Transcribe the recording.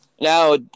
Now